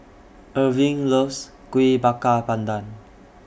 Irving loves Kuih Bakar Pandan